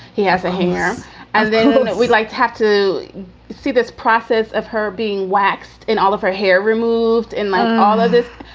he has a hair and then we'd like to have to see this process of her being waxed in all of her hair removed and like all of this.